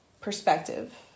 perspective